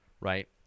right